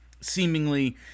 seemingly